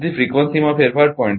તેથી ફ્રિકવન્સીમાં ફેરફાર 0